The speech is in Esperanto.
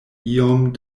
iom